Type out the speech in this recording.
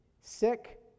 sick